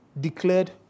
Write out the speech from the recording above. declared